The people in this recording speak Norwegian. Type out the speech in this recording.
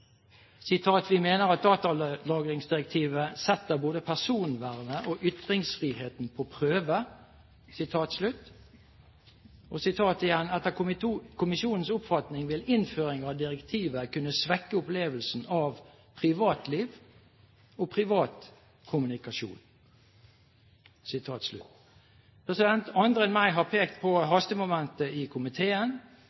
sitat igjen: «Etter kommisjonens oppfatning vil innføring av direktivet kunne svekke opplevelsen av privatliv og privat kommunikasjon.» Andre enn meg har pekt på